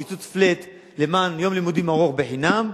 קיצוץ flat למען יום לימודים ארוך בחינם,